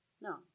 No